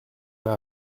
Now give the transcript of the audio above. m’a